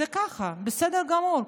זה ככה, בסדר גמור.